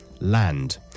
land